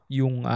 yung